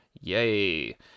Yay